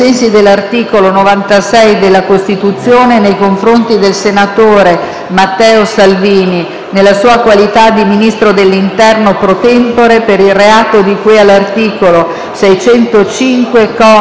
nella sua qualità di ministro dell'interno *pro tempore*, per il reato di cui all'articolo 605, commi primo, secondo, numero 2, e terzo, del codice penale (sequestro di persona aggravato)